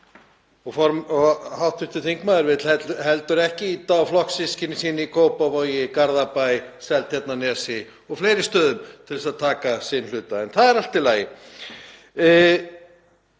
Hv. þingmaður vill heldur ekki ýta á flokkssystkini sín í Kópavogi, Garðabæ, Seltjarnarnesi og fleiri stöðum til að taka sinn hluta. En það er allt í lagi.